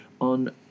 on